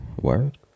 Word